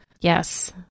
Yes